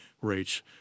rates